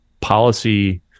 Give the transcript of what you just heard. policy